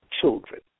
children